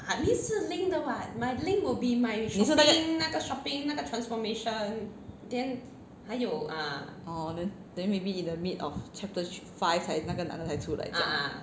你是那个 orh orh then maybe 你的 mid of chapter thr~ five 那个男的才出来这样